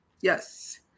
Yes